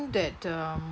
that um